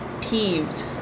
peeved